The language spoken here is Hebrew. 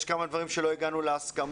יש כמה דברים שעליהם לא הגענו להסכמות.